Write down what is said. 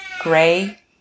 gray